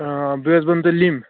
آ بیٚیہِ حظ بننَو تۅہہِ لیٚمبۍ